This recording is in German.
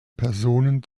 personen